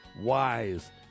wise